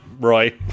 Roy